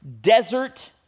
desert